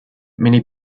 many